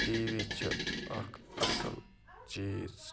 T V چھُ اَکھ اَصٕل چیٖز